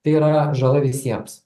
tai yra žala visiems